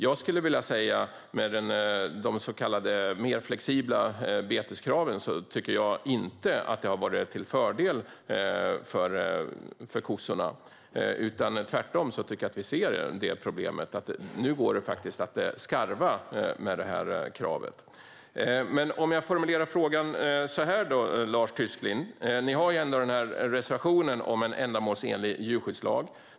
Jag tycker inte att de mer flexibla beteskraven har varit till fördel för kossorna. Tvärtom ser vi problemet att det nu faktiskt går att skarva med detta krav. Om jag formulerar frågan så här, Lars Tysklind: Ni har ändå reservationen om en ändamålsenlig djurskyddslag.